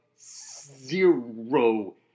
zero